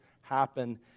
happen